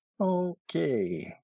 Okay